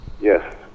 Yes